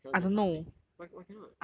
cannot do this kind of thing why why cannot